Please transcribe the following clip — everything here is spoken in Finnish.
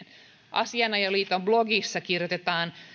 asianajajaliiton blogissa kirjoitetaan